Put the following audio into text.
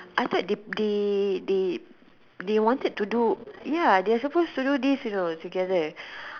I thought they they they they they wanted to do ya they are supposed to do this you know together